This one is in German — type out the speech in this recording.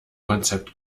konzept